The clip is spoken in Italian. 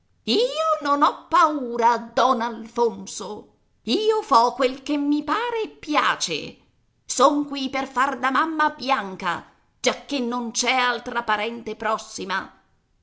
io non ho paura don alfonso io fo quel che mi pare e piace son qui per far da mamma a bianca giacché non c'è altra parente prossima